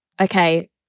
okay